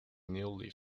newly